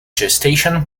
gestation